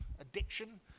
addiction